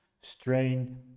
strain